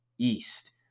east